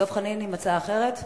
דב חנין עם הצעה אחרת?